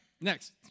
next